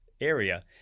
area